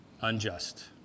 unjust